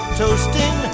toasting